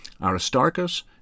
Aristarchus